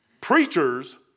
Preachers